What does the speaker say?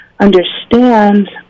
understand